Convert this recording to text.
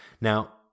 Now